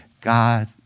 God